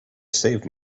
save